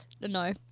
No